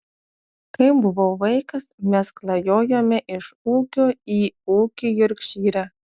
kai buvau vaikas mes klajojome iš ūkio į ūkį jorkšyre